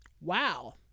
wow